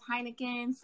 Heineken